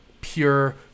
pure